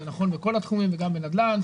זה נכון בכל התחומים וגם בנדל"ן,